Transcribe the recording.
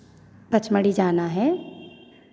पंचमढ़ी जाना है